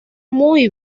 muy